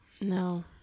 No